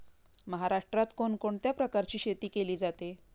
महाराष्ट्रात कोण कोणत्या प्रकारची शेती केली जाते?